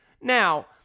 Now